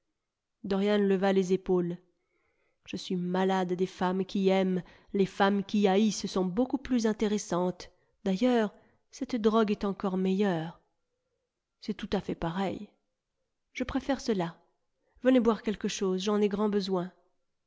dorian leva les épaules je suis malade des femmes qui aiment les femmes qui haïssent sont beaucoup plus intéressantes d'ailleurs cette drogue est encore meilleure c'est tout à fait pareil je préfère cela venez boire quelque chose j'en ai grand besoin